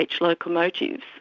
locomotives